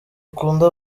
akunda